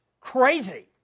crazy